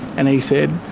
and he said,